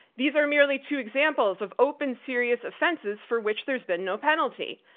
these are merely two examples of open serious offenses for which there's been no penalty.